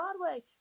Broadway